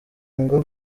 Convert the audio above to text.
ngo